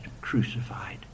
crucified